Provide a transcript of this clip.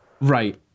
Right